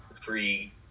free